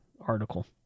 article